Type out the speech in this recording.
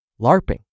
LARPing